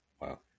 Wow